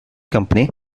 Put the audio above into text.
company